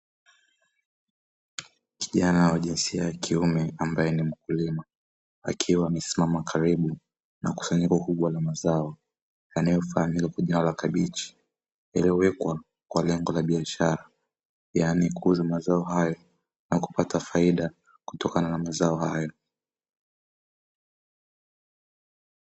Kijana wa jinsia ya kiume ambaye ni mkulima, akiwa amesimama karibu na kusanyiko kubwa la mazao yanayofahamika kwa jina la kabichi, yaliyowekwa kwa lengo la biashara yaani kuuza mazao hayo na kupata faida kutokana na mazao hayo.